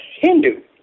Hindu